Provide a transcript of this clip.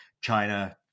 China